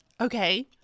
Okay